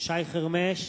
שי חרמש,